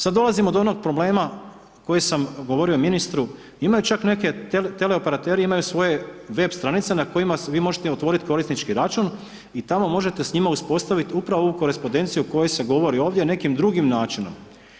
Sad dolazimo do onog problema koji sam govorio ministru, imaju čak neki teleoperateri imaju svoje web stranice na kojima vi možete otvoriti korisnički račun i tamo možete s njima uspostaviti upravo ovu korespondenciju o kojoj se govori ovdje nekim drugim načinima.